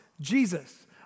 Jesus